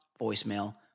voicemail